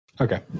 Okay